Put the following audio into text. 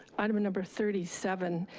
item number thirty seven,